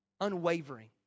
unwavering